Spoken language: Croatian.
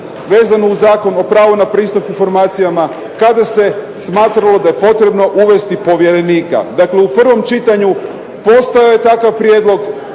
vezano uz Zakon o pravu na pristup informacijama kada se smatralo da je potrebno uvesti povjerenika. Dakle u prvom čitanju postojao je takav prijedlog